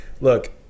look